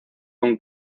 con